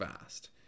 fast